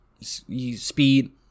speed